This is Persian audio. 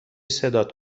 صدات